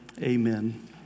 amen